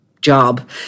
job